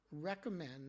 recommend